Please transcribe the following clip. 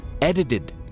edited